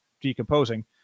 decomposing